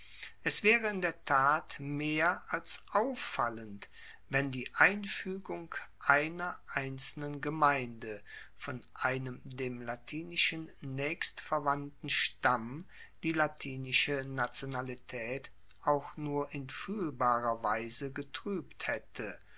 es waere in der tat mehr als auffallend wenn die einfuegung einer einzelnen gemeinde von einem dem latinischen naechstverwandten stamm die latinische nationalitaet auch nur in fuehlbarer weise getruebt haette